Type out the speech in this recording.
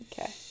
okay